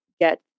get